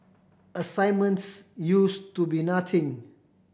assignments use to be nothing